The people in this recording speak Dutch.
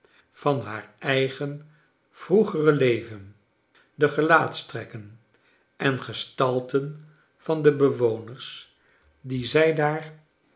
van haar eigen vroegere leven de gelaatstrekken en gestalten van de bewoners die zij daar